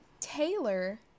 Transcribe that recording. Taylor